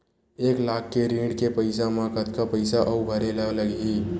एक लाख के ऋण के पईसा म कतका पईसा आऊ भरे ला लगही?